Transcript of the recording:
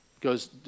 goes